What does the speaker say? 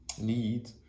need